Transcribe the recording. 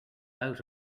out